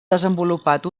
desenvolupat